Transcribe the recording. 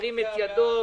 ירים את ידו.